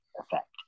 effect